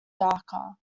darker